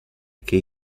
che